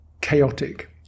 chaotic